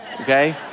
okay